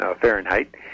Fahrenheit